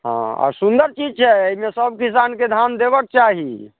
हँ आ सुन्दर चीज छै एहिमे सब किसानके धान देबक चाही